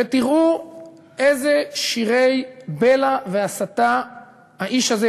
ותראו איזה שירי בלע והסתה האיש הזה,